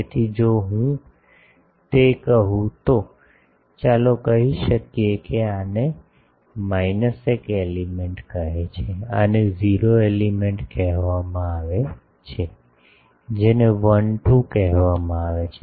તેથી જો હું તે કહું તો ચાલો કહી શકીએ કે આને માઈનસ 1 એલિમેન્ટ કહે છે આને 0 એલિમેન્ટ કહેવામાં આવે છે જેને 12 કહેવામાં આવે છે